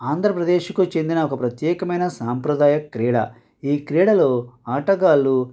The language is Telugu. ఆంధ్రప్రదేశ్కు చెందిన ఒక ప్రత్యేకమైన సాంప్రదాయ క్రీడ ఈ క్రీడలో ఆటగాళ్ళు